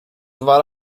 dwa